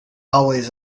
always